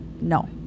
no